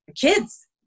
kids